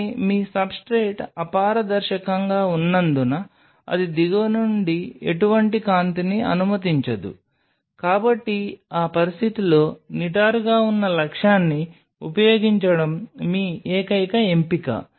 కానీ మీ సబ్స్ట్రేట్ అపారదర్శకంగా ఉన్నందున అది దిగువ నుండి ఎటువంటి కాంతిని అనుమతించదు కాబట్టి ఆ పరిస్థితిలో నిటారుగా ఉన్న లక్ష్యాన్ని ఉపయోగించడం మీ ఏకైక ఎంపిక